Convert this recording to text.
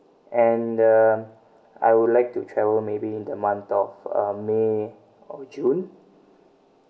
and uh I would like to travel maybe in the month of uh may or june